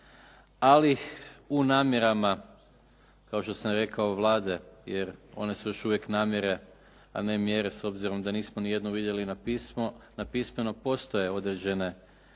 Ali u namjerama kao što sam rekao Vlade jer one su još uvijek namjere a ne mjere s obzirom da nismo ni jednu vidjeli na pismeno postoje određene